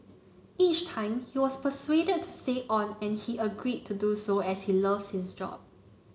each time he was persuaded to stay on and he agreed to do so as he loves his job